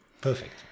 Perfect